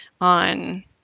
on